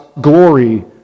glory